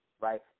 right